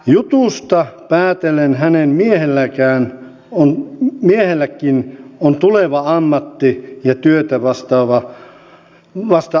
jutusta päätellen hänen miehelläänkin on tuleva ammatti ja työ vasta aikomuksen asteella